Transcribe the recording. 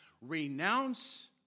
renounce